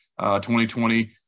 2020